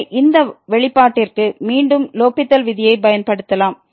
எனவே இந்த வெளிப்பாட்டிற்கு மீண்டும் லோப்பித்தல் விதியைப் பயன்படுத்தலாம்